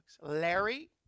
Larry